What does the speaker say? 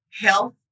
Health